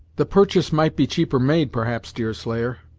the purchase might be cheaper made, perhaps, deerslayer.